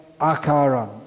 akaram